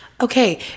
Okay